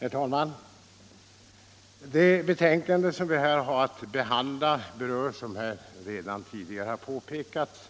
Herr talman! Det betänkande som vi här har att behandla berör, som här redan tidigare har påpekats,